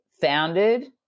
founded